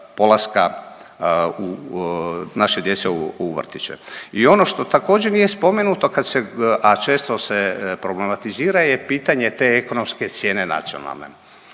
polaska u, naše djece u vrtiće. I ono što također nije spomenuto kad se, a često se problematizira je pitanje te ekonomske cijene nacionalne.